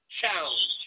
challenge